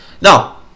now